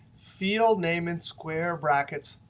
field name in square brackets,